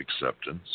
acceptance